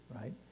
right